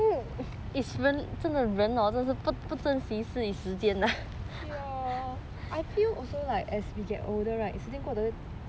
对 loh I feel also like as we get older right 时间过得